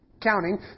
counting